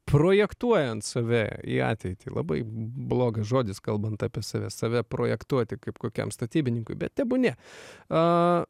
projektuojant save į ateitį labai blogas žodis kalbant apie save save projektuoti kaip kokiam statybininkui bet tebūnie a